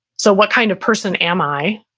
so what kind of person am i?